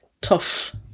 tough